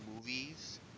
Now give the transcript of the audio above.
movies